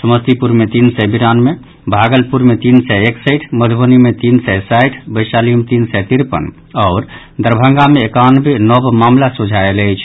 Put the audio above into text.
समस्तीपुर मे तीन सय बिरानवे भागलपुर मे तीन सय एकसठि मधुबनी मे तीन सय साठि वैशाली मे तीन सय तिरपन आओर दरभंगा मे एकानवे नव मामिला सोझा आयल अछि